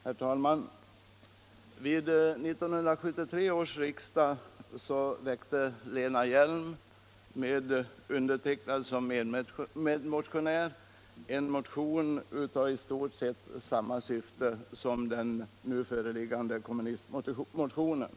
Herr talman! Vid 1973 års riksdag väckte Lena Hjelm-Wallén med bl.a. mig som medmotionär en motion med i stort sett samma syfte som den nu föreliggande kommunistmotionen.